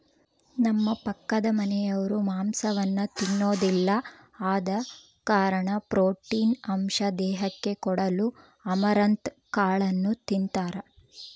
ನಮ್ಮ ಪಕ್ಕದಮನೆರು ಮಾಂಸವನ್ನ ತಿನ್ನೊದಿಲ್ಲ ಆದ ಕಾರಣ ಪ್ರೋಟೀನ್ ಅಂಶ ದೇಹಕ್ಕೆ ಕೊಡಲು ಅಮರಂತ್ ಕಾಳನ್ನು ತಿಂತಾರ